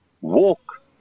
walk